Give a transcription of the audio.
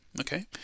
okay